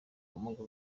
ubumuga